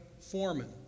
foreman